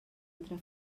altra